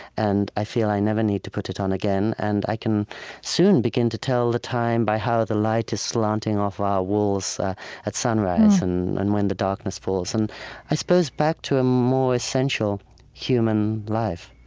and i feel i never need to put it on again. and i can soon begin to tell the time by how the light is slanting off our walls at sunrise and and when the darkness falls and i suppose back to a more essential human life